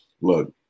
Look